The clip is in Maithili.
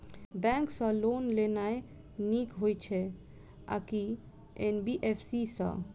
बैंक सँ लोन लेनाय नीक होइ छै आ की एन.बी.एफ.सी सँ?